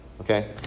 okay